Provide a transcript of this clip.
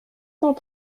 cent